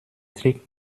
trick